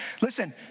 Listen